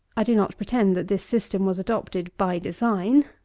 i do not pretend that this system was adopted by design.